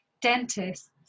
dentists